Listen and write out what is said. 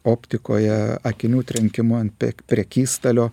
optikoje akinių trenkimu ant pek prekystalio